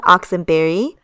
Oxenberry